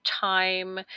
time